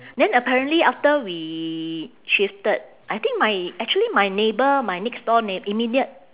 then apparently after we shifted I think my actually my neighbour my next door neigh~ immediate